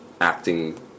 acting